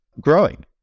growing